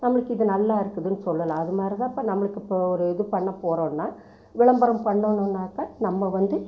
நம்மளுக்கு இது நல்லாருக்குதுன்னு சொல்லலாம் அதுமாதிரிதான் இப்போ நம்மளுக்கு இப்போ ஒரு இது பண்ணப் போகிறோன்னா விளம்பரம் பண்ணணுன்னாக்கா நம்ம வந்து